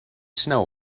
snow